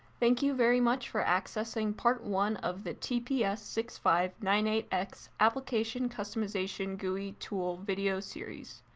thank you very much for accessing part one of the t p s six five nine eight x application customization gui tool video series.